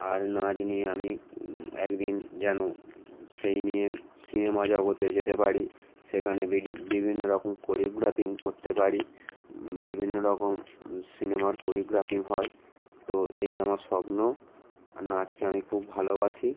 আর নাচ নিয়ে আমি একদিন যেন সেই নিয়ে সিনেমা জগতে যেতে পারি সেখানে বিডি বিভিন্ন রকম কোরিওগ্রাফি করতে পারি বিভিন্ন রকম সিনেমার কোরিগ্রাফি হয় তো এই আমার স্বপ্ন আর নাচকে আমি খুব ভালোবাসি